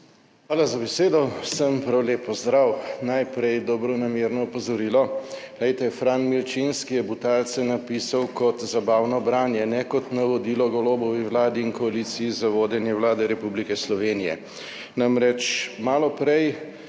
Hvala za besedo. Vsem prav lep pozdrav! Najprej dobronamerno opozorilo, glejte, Fran Milčinski je Butalce napisal kot zabavno branje, ne kot navodilo Golobovi vladi in koaliciji za vodenje Vlade Republike Slovenije. Namreč, malo prej